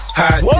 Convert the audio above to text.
hot